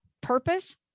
purpose